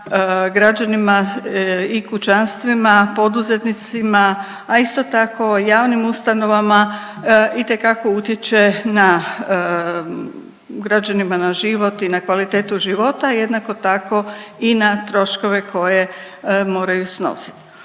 građanima i kućanstvima, poduzetnicima, a isto tako javnim ustanovama itekako utječe na građanima na život i na kvalitetu života i jednako tako i na troškove koje moraju snositi.